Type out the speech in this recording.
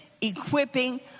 equipping